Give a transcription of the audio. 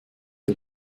die